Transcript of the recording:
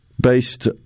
based